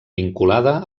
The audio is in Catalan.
vinculada